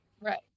Right